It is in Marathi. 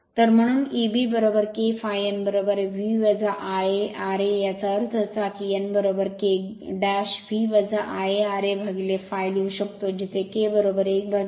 तर म्हणून Eb K ∅ n V Ia ra याचा अर्थ असा की n K V Ia ra ∅ लिहू शकतो जिथे K 1 K